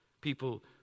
People